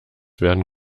werden